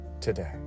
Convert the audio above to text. today